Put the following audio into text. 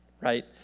right